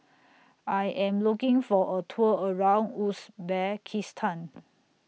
I Am looking For A Tour around Uzbekistan